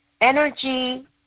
energy